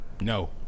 No